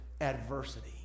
adversity